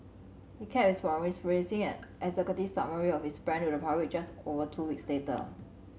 he kept his promise releasing an executive summary of his plan to the public just over two weeks later